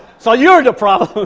so you're the problem